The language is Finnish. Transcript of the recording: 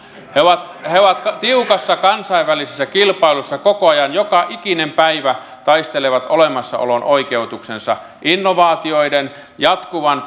he ovat he ovat tiukassa kansainvälisessä kilpailussa koko ajan joka ikinen päivä taistelevat olemassaolon oikeutuksensa innovaatioiden jatkuvan